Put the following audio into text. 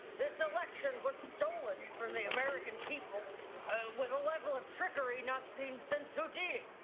this election was stolen from the american people with a level of trickery not seen since houdini.